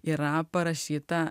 yra parašyta